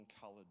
colored